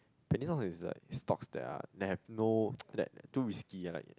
penny stocks is that stocks that are that have no that too risky ah like